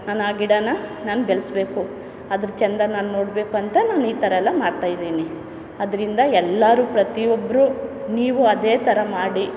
ನಾನು ಆ ಗಿಡನ ನಾನು ಬೆಳೆಸ್ಬೇಕು ಅದ್ರ ಚೆಂದ ನಾನು ನೋಡಬೇಕು ಅಂತ ನಾನು ಈ ಥರ ಎಲ್ಲ ಮಾಡ್ತಾಯಿದ್ದೀನಿ ಅದರಿಂದ ಎಲ್ಲರೂ ಪ್ರತಿಯೊಬ್ಬರು ನೀವು ಅದೇ ಥರ ಮಾಡಿ